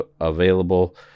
available